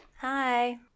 Hi